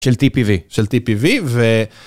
של טי.פי.ווי ו...